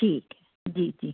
ठीक है जी जी